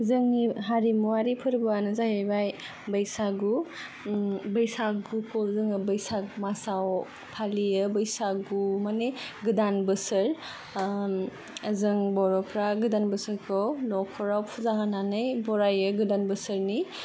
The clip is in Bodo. जोंनि हारिमुआरि फोरबोआनो जाहैबाय बैसागु बैसागुखौ जोङो बैसाग मासआव फालियो बैसागु माने गोदान बोसोर जों बर'फ्रा गोदान बोसोरखौ न'खराव फुजा होनानै बरायो गोदान बोसोरनि